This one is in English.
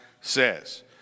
says